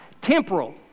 temporal